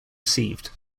received